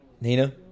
Nina